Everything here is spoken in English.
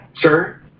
Sir